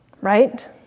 right